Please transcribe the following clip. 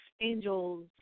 Angels